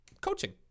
coaching